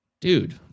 dude